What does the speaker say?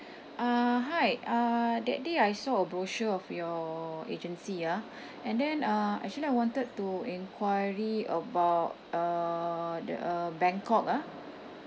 uh hi uh that day I saw a brochure of your agency ah and then uh actually I wanted to enquiry about uh the uh bangkok ah